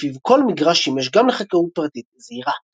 שלפיו כל מגרש שימש גם לחקלאות פרטית זעירה.